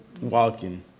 walking